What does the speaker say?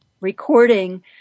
recording